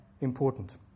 important